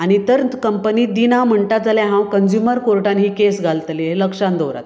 आनी तर कंपनी दिना म्हणटा जाल्यार हांव कंज्युमर कोर्टांत ही केस घालतलें हें लक्षांत दवरात